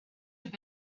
have